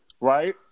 Right